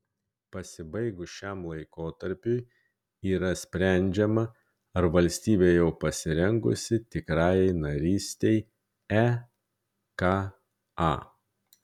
pasibaigus šiam laikotarpiui yra sprendžiama ar valstybė jau pasirengusi tikrajai narystei eka